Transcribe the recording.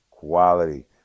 Quality